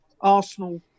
Arsenal